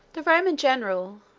the roman general,